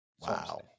wow